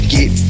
Get